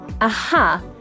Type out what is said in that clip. aha